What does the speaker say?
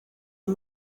aya